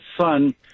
son